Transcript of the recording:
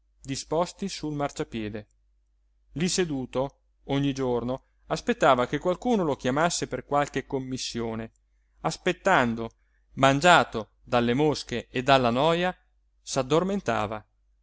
disposti sul marciapiede lí seduto ogni giorno aspettava che qualcuno lo chiamasse per qualche commissione aspettando mangiato dalle mosche e dalla noja